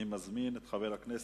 אני מזמין את חבר הכנסת